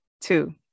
two